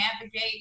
navigate